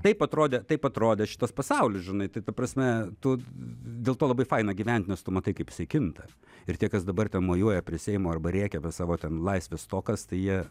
taip atrodė taip atrodė šitas pasaulis žinai tai ta prasme tu dėl to labai faina gyvent nes tu matai kaip jisai kinta ir tie kas dabar ten mojuoja prie seimo arba rėkia apie savo ten laisvės stokas tai jie